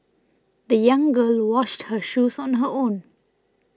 the young girl washed her shoes on her own